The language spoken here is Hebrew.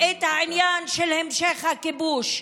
את העניין של המשך הכיבוש,